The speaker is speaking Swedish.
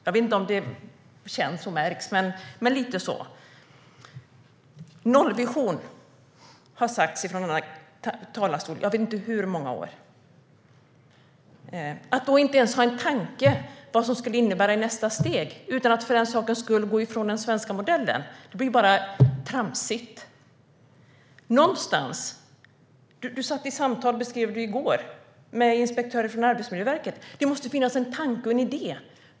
Jag vet inte om det känns eller märks, men lite så är det. Nollvision har man sagt i talarstolen i jag vet inte hur många år. Att då inte ens ha en tanke vad det skulle innebära i nästa steg utan att för den skull gå ifrån den svenska modellen, det blir ju bara tramsigt. Du beskrev att du satt i samtal i går, Magnus Manhammar, med inspektörer från Arbetsmiljöverket. Det måste ju finnas en tanke och en idé.